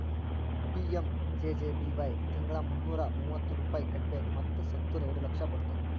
PMJJBY ತಿಂಗಳಾ ಮುನ್ನೂರಾ ಮೂವತ್ತು ರೂಪಾಯಿ ಕಟ್ಬೇಕ್ ಮತ್ ಸತ್ತುರ್ ಎರಡ ಲಕ್ಷ ಬರ್ತುದ್